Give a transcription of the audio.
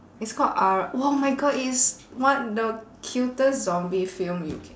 it's called R oh my god it is one the cutest zombie film you can